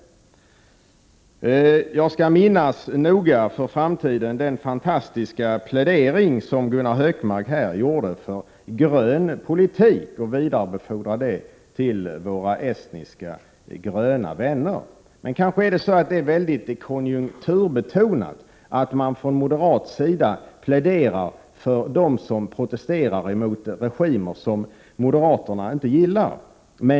=- 23 november 1988 Jag skall noga minnas för framtiden Gunnar Hökmarks fantastiska plädering här för grön politik och vidarebefordra den till våra estniska gröna SKAR vänner. Kanske är det så att det är mycket konjunkturbetonat att från e MAEES 3 republikerna moderat sida plädera för dem som protesterar mot regimer som moderaterna inte gillar.